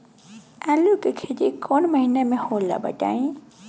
आलू के खेती कौन महीना में होला बताई?